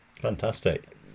Fantastic